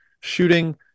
shooting